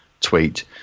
tweet